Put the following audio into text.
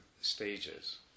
stages